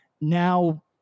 now